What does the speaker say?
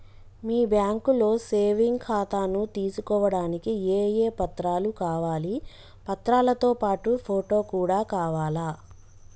మీ బ్యాంకులో సేవింగ్ ఖాతాను తీసుకోవడానికి ఏ ఏ పత్రాలు కావాలి పత్రాలతో పాటు ఫోటో కూడా కావాలా?